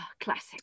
classic